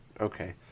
Okay